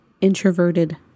introverted